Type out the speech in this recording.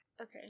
Okay